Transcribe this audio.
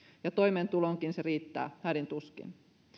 ja toimeentuloonkin se riittää hädin tuskin